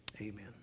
amen